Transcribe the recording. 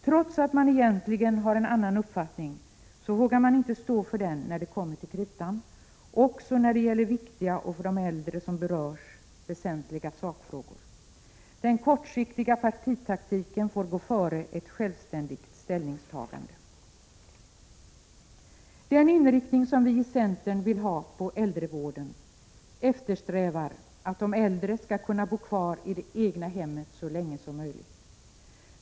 Trots att man egentligen har en annan uppfattning, vågar man inte stå för den när det kommer till kritan, ens när det gäller viktiga och för de äldre som berörs väsentliga sakfrågor. Den kortsiktiga partitaktiken får gå före ett självständigt ställningstagande. Den inriktning som vi i centern vill ha på äldrevården eftersträvar att de äldre skall kunna bo kvar i det egna hemmet så länge som möjligt.